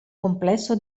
complesso